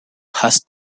has